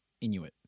Inuit